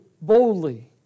boldly